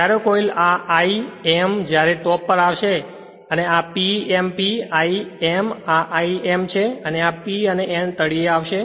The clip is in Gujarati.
જ્યારે કોઇલ આ l m જ્યારે ટોપ પર આવશે અને આ P m p l m આ l m છે અને જ્યારે આ p n તળિયે આવશે